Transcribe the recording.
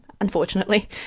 unfortunately